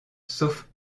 sauf